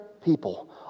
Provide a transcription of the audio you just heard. people